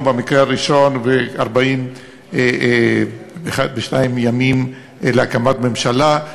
במקרה הראשון ו-41 42 ימים להקמת ממשלה.